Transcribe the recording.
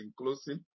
inclusive